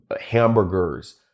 hamburgers